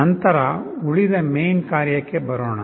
ನಂತರ ಉಳಿದ main ಕಾರ್ಯಕ್ಕೆ ಬರೋಣ